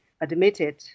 admitted